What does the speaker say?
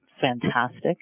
fantastic